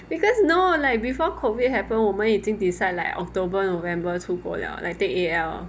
because no like before COVID happen 我们已经 decide like october november 出国了 like take A_L